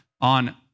on